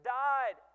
died